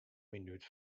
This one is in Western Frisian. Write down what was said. minút